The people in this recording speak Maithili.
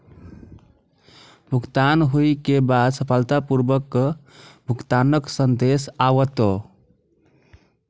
भुगतान होइ के बाद सफलतापूर्वक भुगतानक संदेश आओत